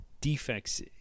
defects